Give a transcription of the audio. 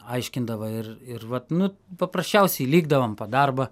aiškindava ir ir vat nu paprasčiausiai likdavom darbą